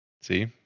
See